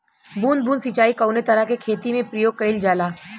बूंद बूंद सिंचाई कवने तरह के खेती में प्रयोग कइलजाला?